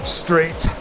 straight